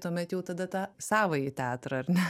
tuomet jau tada tą savąjį teatrą ar ne